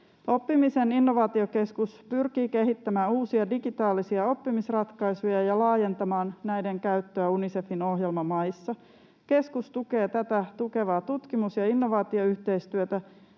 Oppimisen innovaatiokeskus pyrkii kehittämään uusia digitaalisia oppimisratkaisuja ja laajentamaan näiden käyttöä Unicefin ohjelmamaissa. Keskus tukee tätä tukevaa tutkimus- ja innovaatioyhteistyötä